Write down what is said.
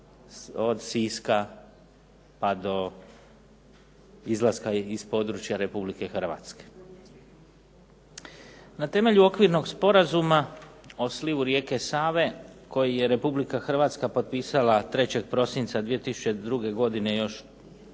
od Siska pa do izlaska iz područja Republike Hrvatske. Na temelju Okvirnog sporazuma o slivu rijeke Save koji je Republika Hrvatska potpisala 3. prosinca 2002. godine, još